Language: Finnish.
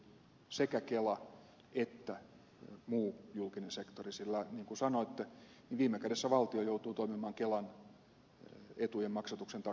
siihen liittyy sekä kela että muu julkinen sektori sillä niin kuin sanoitte viime kädessä valtio joutuu toimimaan kelan etujen maksatuksen takuumiehenä